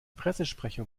pressesprecher